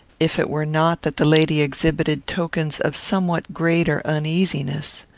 if it were not that the lady exhibited tokens of somewhat greater uneasiness.